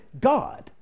God